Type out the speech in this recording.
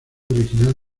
original